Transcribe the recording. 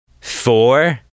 four